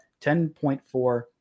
10.4